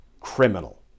criminal